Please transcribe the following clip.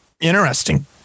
Interesting